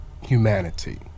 humanity